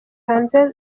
hanze